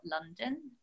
london